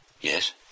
Yes